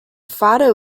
father